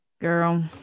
Girl